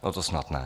No to snad ne.